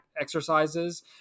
exercises